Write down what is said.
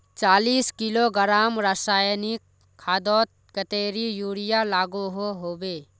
चालीस किलोग्राम रासायनिक खादोत कतेरी यूरिया लागोहो होबे?